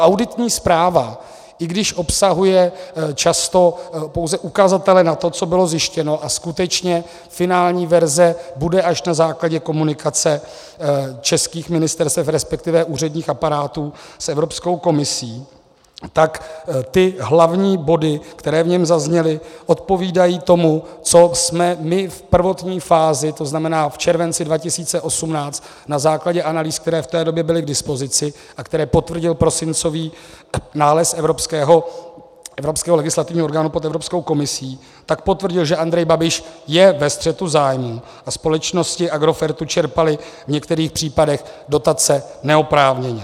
Auditní zpráva, i když obsahuje často pouze ukazatele na to, co bylo zjištěno, a skutečně finální verze bude až na základě komunikace českých ministerstev, respektive úředních aparátů, s Evropskou komisí, tak hlavní body, které v ní zazněly, odpovídají tomu, co jsme my v prvotní fázi, to znamená v červenci 2018, na základě analýz, které v té době byly k dispozici a které potvrdil prosincový nález evropského legislativního orgánu pod Evropskou komisí, tak potvrdil, že Andrej Babiš je ve střetu zájmů a společnosti Agrofertu čerpaly v některých případech dotace neoprávněně.